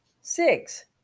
Six